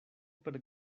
per